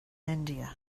india